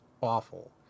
awful